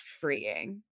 freeing